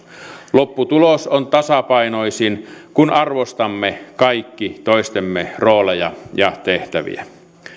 lopputulos on tasapainoisin kun arvostamme kaikki toistemme rooleja ja tehtäviä